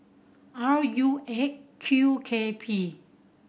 R U Eight Q K P